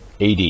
AD